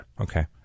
Okay